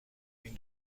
این